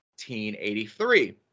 1883